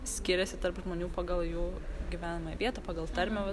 skiriasi tarp žmonių pagal jų gyvemają vietą pagal tarmę va